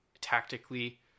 tactically